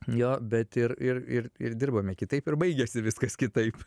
jo bet ir ir ir ir dirbome kitaip ir baigėsi viskas kitaip